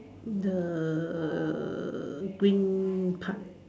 the green part